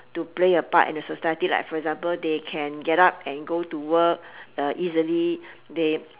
to play a part in the society like for example they can get up and go to work easily they